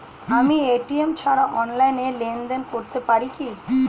আমি এ.টি.এম ছাড়া অনলাইনে লেনদেন করতে পারি কি?